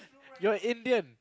you're Indian